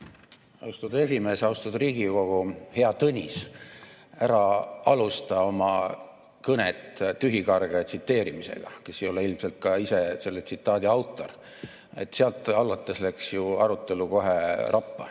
Austatud esimees! Austatud Riigikogu! Hea Tõnis! Ära alusta oma kõnet tühikargaja tsiteerimisega, kes ei ole ilmselt ka ise selle tsitaadi autor. Sealt alates läks ju arutelu kohe rappa.